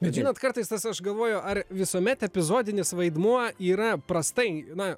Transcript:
bet žinot kartais tas aš galvoju ar visuomet epizodinis vaidmuo yra prastai na